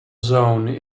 zone